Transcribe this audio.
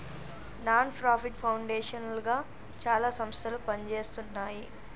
non profit foundation లుగా చాలా సంస్థలు పనిజేస్తున్నాయి